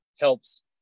helps